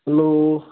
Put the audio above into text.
hello